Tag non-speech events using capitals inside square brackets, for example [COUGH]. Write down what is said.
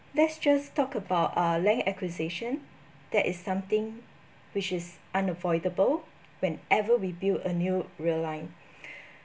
let's just talk about our land acquisition that is something which is unavoidable whenever we build a new rail line [BREATH]